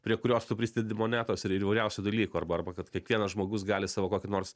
prie kurios tu prisidedi monetos ir ir įvairiausių dalykų arba arba kad kiekvienas žmogus gali savo kokį nors